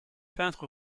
peintre